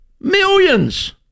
Millions